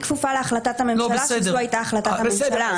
אני כפופה להחלטת הממשלה, וזו הייתה החלטת הממשלה.